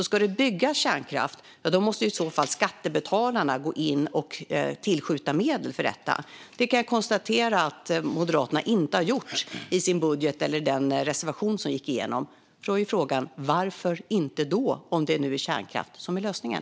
Ska det byggas kärnkraft måste i så fall skattebetalarna gå in och skjuta till medel för det. Jag kan konstatera att Moderaterna inte har gjort det i sin budget, det vill säga den reservation som röstades igenom. Frågan är varför de inte har gjort det om kärnkraften nu är lösningen.